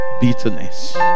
bitterness